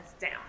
down